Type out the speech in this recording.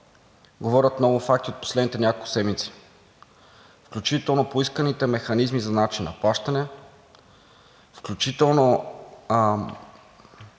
говорят много факти от последните няколко седмици, включително поисканите механизми за начин на плащане, включително